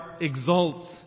exalts